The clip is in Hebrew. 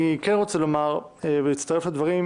אני כן רוצה לומר ולהצטרף לדברים,